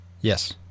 yes